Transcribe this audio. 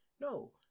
No